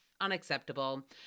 Unacceptable